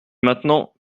maintenant